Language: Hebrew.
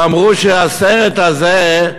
ואמרו שהסרט הזה,